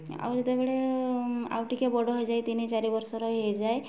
ଆଉ ଯେତେବେଳେ ଆଉ ଟିକିଏ ବଡ଼ ହୋଇଯାଏ ତିନି ଚାରି ବର୍ଷର ହୋଇଯାଏ